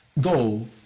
go